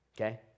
Okay